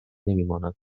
نمیماند